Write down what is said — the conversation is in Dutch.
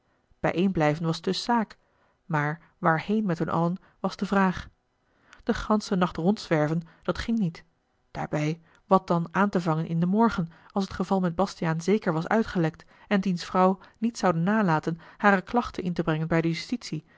bijeenblijven was dus zaak maar waarheen met hun allen was de vraag den ganschen nacht rondzwerven dat ging niet daarbij wat dan aan te vangen in den morgen als het geval met bastiaan zeker was uitgelekt en diens vrouw niet zoude nalaten hare klachten in te brengen bij de justitie